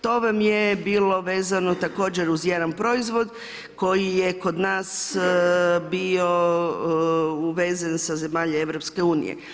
To vam je bilo vezano također uz jedan proizvod, koji je kod nas bio uvezen sa zemalja EU.